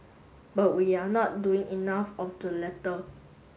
but we are not doing enough of the latter